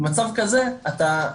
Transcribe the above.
מצב כזה אתה,